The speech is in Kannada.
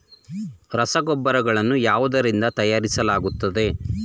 ರಸಗೊಬ್ಬರಗಳನ್ನು ಯಾವುದರಿಂದ ತಯಾರಿಸಲಾಗುತ್ತದೆ?